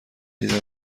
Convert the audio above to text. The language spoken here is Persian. دیدم